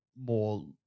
more